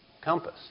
compass